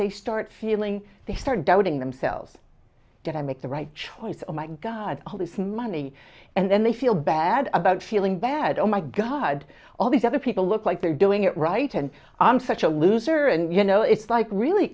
they start feeling they start doubting themselves did i make the right choice oh my god all this money and then they feel bad about feeling bad oh my god all these other people look like they're doing it right and i'm such a loser and you know it's like really